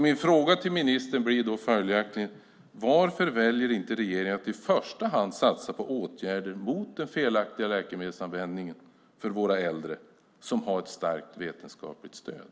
Min fråga till statsrådet blir följaktligen: Varför väljer inte regeringen att i första hand satsa på åtgärder mot den felaktiga läkemedelsanvändningen för våra äldre som har ett starkt vetenskapligt stöd?